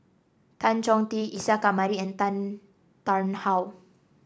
Tan Chong Tee Isa Kamari and Tan Tarn How